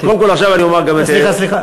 תודה.